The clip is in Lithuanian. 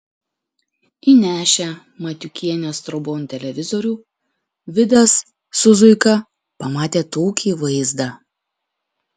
įnešę matiukienės trobon televizorių vidas su zuika pamatė tokį vaizdą